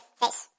face